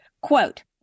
quote